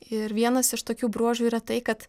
ir vienas iš tokių bruožų yra tai kad